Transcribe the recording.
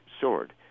soared